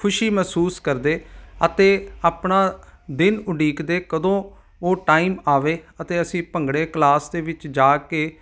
ਖੁਸ਼ੀ ਮਹਿਸੂਸ ਕਰਦੇ ਅਤੇ ਆਪਣਾ ਦਿਨ ਉਡੀਕਦੇ ਕਦੋਂ ਉਹ ਟਾਈਮ ਆਵੇ ਅਤੇ ਅਸੀਂ ਭੰਗੜੇ ਕਲਾਸ ਦੇ ਵਿੱਚ ਜਾ ਕੇ